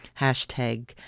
hashtag